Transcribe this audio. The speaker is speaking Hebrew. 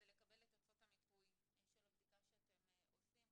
לקבל את תוצאות המיפוי של הבדיקה שאתם עושים,